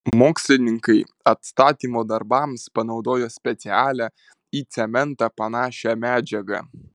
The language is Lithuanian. mokslininkai atstatymo darbams panaudojo specialią į cementą panašią medžiagą